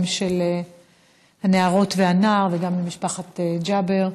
גם של הנערות והנער וגם למשפחת ג'אבר.